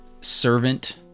servant